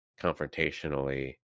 confrontationally